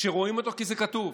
שרואים אותו, כי זה כתוב,